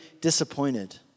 disappointed